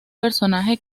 personaje